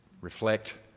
reflect